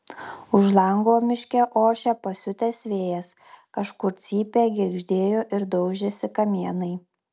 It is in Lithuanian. už lango miške ošė pasiutęs vėjas kažkur cypė girgždėjo ir daužėsi kamienai